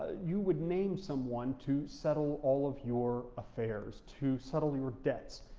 you would name someone to settle all of your affairs, to settle your debts.